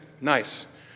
Nice